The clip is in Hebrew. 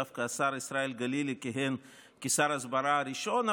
דווקא השר ישראל גלילי כיהן כשר ההסברה הראשון,